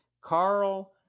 Carl